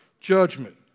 judgment